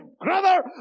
brother